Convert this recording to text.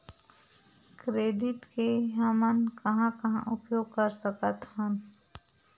Credit के हमन कहां कहा उपयोग कर सकत हन?